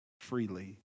freely